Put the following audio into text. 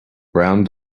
brown